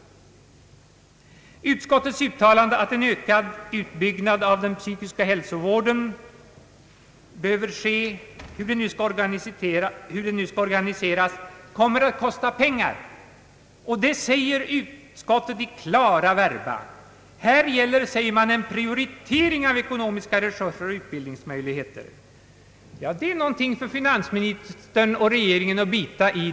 uttalande att en ökad utden psykiska hälsovården erfordras — hur den nu skall organiseras — kommer att kosta pengar. Ut skottet säger i klara verba, att det här gäller en prioritering av ekonomiska resurser och utbildningsmöjligheter. Det är något för finansministern och regeringen att bita i!